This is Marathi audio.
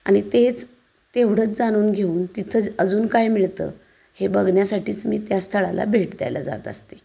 आणि तेच तेवढंच जाणून घेऊन तिथं अजून काय मिळतं हे बघण्यासाठीच मी त्या स्थळाला भेट द्यायला जात असते